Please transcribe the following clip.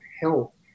health